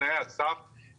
בתנאי הסף,